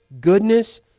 goodness